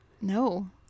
No